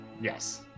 Yes